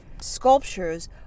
sculptures